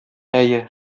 әйе